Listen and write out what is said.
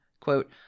quote